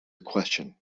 question